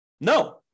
No